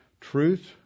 truth